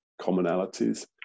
commonalities